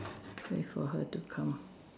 wait for her to come